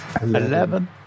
Eleven